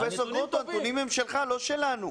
פרופ' גרוטו, הנתונים הם שלך, לא שלנו.